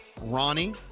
Ronnie